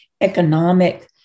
economic